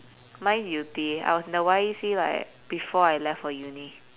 mine's yew tee I was in the Y_E_C like before I left for uni